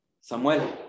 Samuel